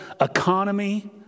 economy